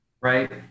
Right